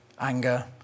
anger